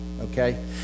okay